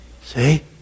See